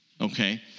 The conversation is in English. okay